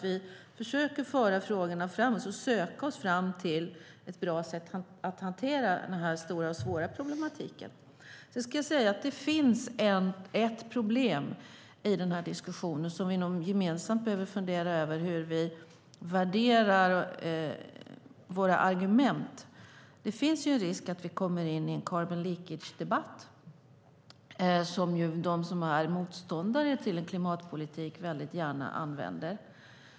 Vi försöker föra frågorna framåt och söka oss fram till ett bra sätt att hantera detta stora och svåra problem. Det finns ett problem i diskussionen som vi gemensamt behöver fundera över, nämligen hur vi värderar våra argument. Det finns en risk att vi kommer in i en carbon leakage-debatt, som motståndarna till en klimatpolitik gärna använder.